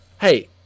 hey